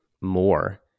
more